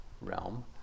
realm